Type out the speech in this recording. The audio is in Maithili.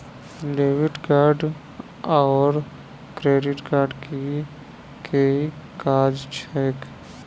डेबिट कार्ड आओर क्रेडिट कार्ड केँ की काज छैक?